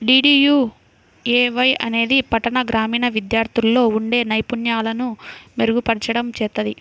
DDUAY అనేది పట్టణ, గ్రామీణ విద్యార్థుల్లో ఉండే నైపుణ్యాలను మెరుగుపర్చడం చేత్తది